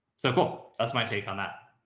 so cool. that's my take on that.